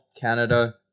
Canada